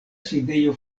sidejo